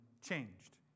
changed